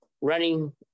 running